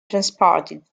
transported